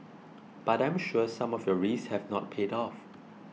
but I'm sure some of your risks have not paid off